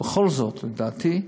בכל זאת, לדעתי,